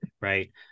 Right